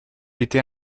etait